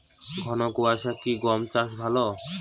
ঘন কোয়াশা কি গম চাষে ভালো?